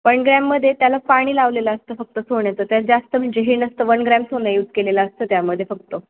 one gram मध्ये त्याला पाणी लावलेलं असतं फक्त सोन्याच त्यात जास्त म्हणजे हे नसतं वन ग्रॅम सोनं यूज केलेलं असतं त्यामध्ये फक्त